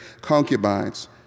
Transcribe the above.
concubines